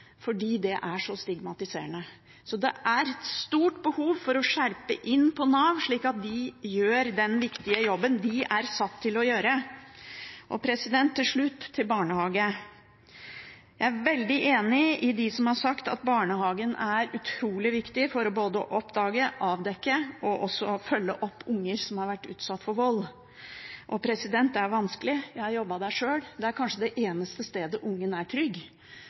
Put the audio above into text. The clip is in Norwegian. fordi det er så stigmatiserende. Så det er et stort behov for skjerping hos Nav, slik at de gjør den viktige jobben de er satt til å gjøre. Til slutt om barnehage: Jeg er veldig enig med dem som har sagt at barnehagen er utrolig viktig for både å oppdage og å avdekke og for å følge opp unger som har vært utsatt for vold. Det er vanskelig, jeg har jobbet der sjøl. Det er kanskje det eneste stedet ungen er trygg,